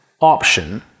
option